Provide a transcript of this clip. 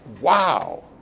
Wow